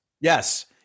yes